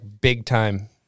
big-time